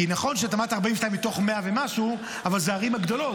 כי נכון שאמרת 42 מבין 100 ומשהו אבל זה הערים הגדולים.